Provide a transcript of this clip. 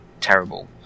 terrible